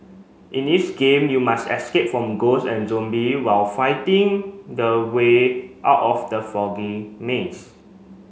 in this game you must escape from ghost and zombie while finding the way out of the foggy maze